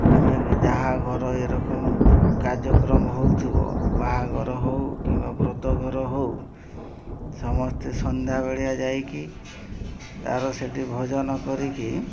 ଆମେ ଯାହା ଘର ଏରକମ କାର୍ଯ୍ୟକ୍ରମ ହେଉଥିବ ବାହାଘର ହେଉ କିମ୍ବା ବ୍ରତଘର ହେଉ ସମସ୍ତେ ସନ୍ଧ୍ୟାବେଳିଆ ଯାଇକି ତା'ର ସେଠି ଭଜନ କରିକି